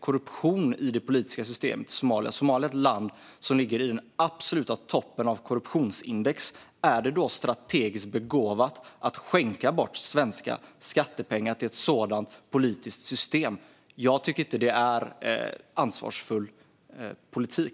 korruptionen i det politiska systemet i Somalia. Somalia är ett land som ligger i den absoluta toppen av korruptionsindex. Är det då strategiskt begåvat att skänka bort svenska skattepengar till ett sådant politiskt system? Jag tycker inte att det är ansvarsfull politik.